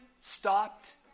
stopped